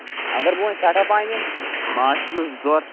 اَگر بہٕ وۄنۍ سٮ۪ٹھاہ پہم نِمہٕ ماچھ تُلرِ زٕ ژور